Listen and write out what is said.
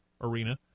arena